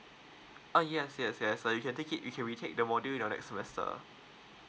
oh yes yes yes so you can take it you can retake the module the next semester